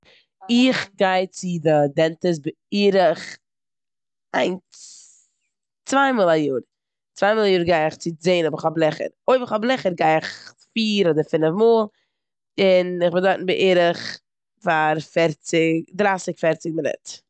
איך גיי צו די טענטיסט בערך איינס- צוויי מאל א יארא. צוויי מאל א יארגיי איך צו זען אויב כ'האב לעכער. אויב איך האב לעכער גיי איך פיר אדער פינף מאל און איך ביי דארטן פאר בערך פערציג- דרייסיג, פערציג מינוט.